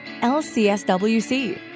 LCSWC